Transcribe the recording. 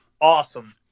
Awesome